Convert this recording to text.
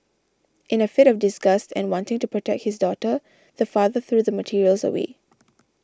in a fit of disgust and wanting to protect his daughter the father threw the materials away